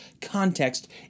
context